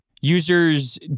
users